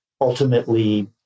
ultimately